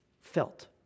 felt